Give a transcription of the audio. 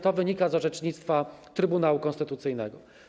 To wynika z orzecznictwa Trybunału Konstytucyjnego.